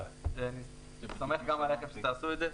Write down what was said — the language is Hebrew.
אני סומך עליכם שתעשו את זה.